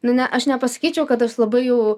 nu ne aš nepasakyčiau kad aš labai jau